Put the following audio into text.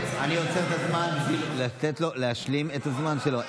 אני עוצר את הזמן כדי לתת לו להשלים את הזמן שלו,